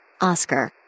Oscar